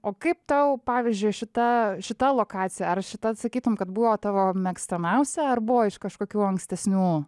o kaip tau pavyzdžiui šita šita lokacija ar šita sakytum kad buvo tavo mėgstamiausia ar buvo iš kažkokių ankstesnių